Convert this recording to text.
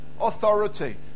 authority